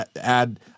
add